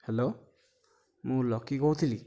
hello ମୁଁ ଲକି କହୁଥିଲି